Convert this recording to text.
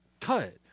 cut